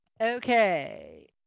Okay